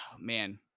man